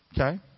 Okay